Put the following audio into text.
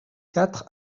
quatre